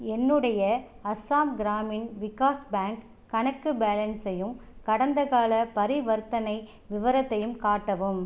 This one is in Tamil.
என்னுடைய அசாம் கிராமின் விகாஷ் பேங்க் கணக்கு பேலன்ஸையும் கடந்தகால பரிவர்த்தனை விவரத்தையும் காட்டவும்